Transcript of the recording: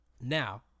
Now